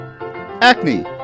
acne